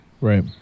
Right